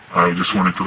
i just wanted